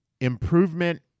improvement